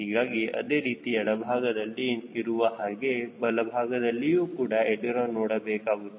ಹೀಗಾಗಿ ಅದೇ ರೀತಿ ಎಡಭಾಗದಲ್ಲಿ ಇರುವ ಹಾಗೆ ಬಲಭಾಗದಲ್ಲಿಯೂ ಕೂಡ ಎಳಿರೋನ ನೋಡಬೇಕಾಗುತ್ತದೆ